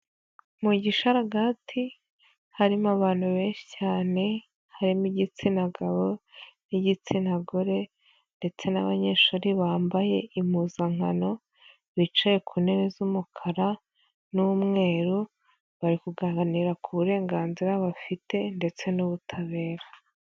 Mu gisharagati harimo abantu benshi cyane, harimo igitsina gabo n'igitsina gore ndetse n'abanyeshuri bambaye impuzankano, bicaye ku ntebe z'umukara n'umweru, bari kuganiram ku burenganzira bafite ndetse n'ubutabera.